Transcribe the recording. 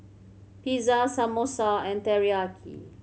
Pizza Samosa and Teriyaki